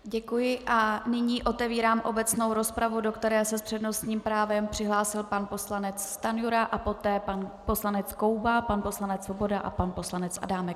Děkuji a nyní otevírám obecnou rozpravu, do které se s přednostním právem přihlásil pan poslanec Stanjura a poté pan poslanec Koubek, pan poslanec Svoboda a pan poslanec Adámek.